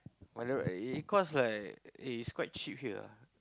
but that one it it cost like eh it's quite cheap here ah